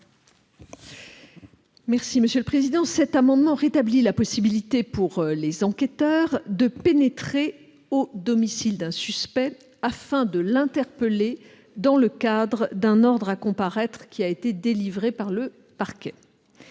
Mme la garde des sceaux. Cet amendement tend à rétablir la possibilité pour les enquêteurs de pénétrer au domicile d'un suspect afin de l'interpeller dans le cadre d'un ordre à comparaître délivré par le parquet.